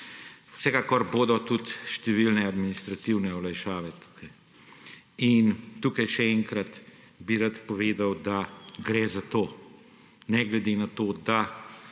Vsekakor bodo tudi številne administrativne olajšave tukaj. Tukaj bi rad še enkrat povedal, da gre za to, ne glede na to, da